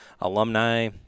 alumni